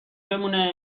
بمونه